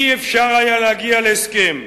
אי-אפשר היה להגיע להסכם.